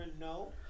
no